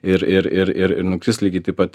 ir ir ir ir ir nukris lygiai taip pat